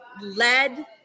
led